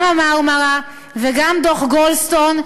גם ה"מרמרה" וגם דוח גולדסטון,